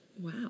wow